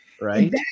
right